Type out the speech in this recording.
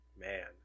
man